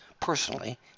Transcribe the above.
personally